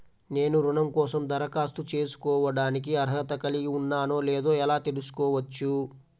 నేను రుణం కోసం దరఖాస్తు చేసుకోవడానికి అర్హత కలిగి ఉన్నానో లేదో ఎలా తెలుసుకోవచ్చు?